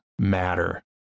matter